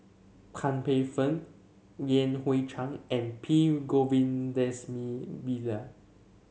Tan Paey Fern Yan Hui Chang and P Govindasamy Pillai